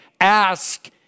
Ask